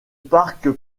parc